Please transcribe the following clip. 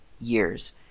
years